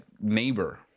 neighbor